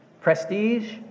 prestige